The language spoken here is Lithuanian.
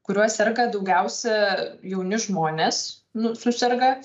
kuriuo serga daugiausia jauni žmonės nu suserga